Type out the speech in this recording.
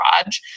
garage